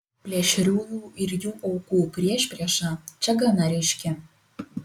plėšriųjų ir jų aukų priešprieša čia gana ryški